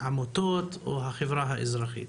ולעמותות או החברה האזרחית.